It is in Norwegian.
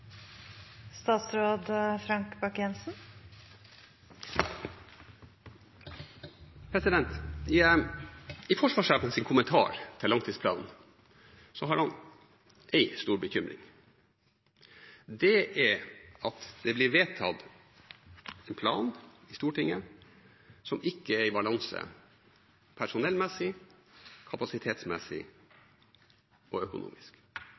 I sin kommentar til langtidsplanen har forsvarssjefen én stor bekymring. Det er at det blir vedtatt en plan i Stortinget som ikke er i balanse personellmessig, kapasitetsmessig og økonomisk.